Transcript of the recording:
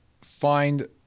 find